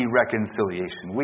reconciliation